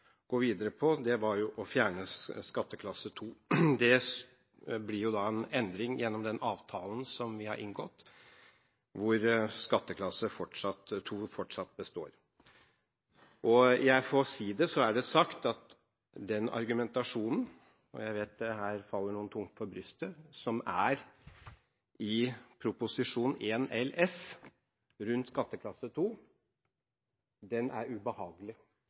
gå videre på, var å fjerne skatteklasse 2. Det blir jo en endring gjennom den avtalen som vi har inngått, hvor skatteklasse 2 fortsatt består. Jeg får si det, så er det sagt, at den argumentasjonen – jeg vet dette faller noen tungt for brystet – som er i Prop. 1 LS fra 2013–2014 rundt skatteklasse 2, er ubehagelig,